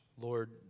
Lord